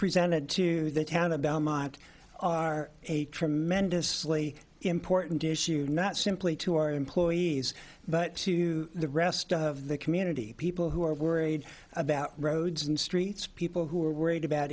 presented to the town of belmont are a tremendously important issue not simply to our employees but to the rest of the community people who are worried about roads and streets people who are worried about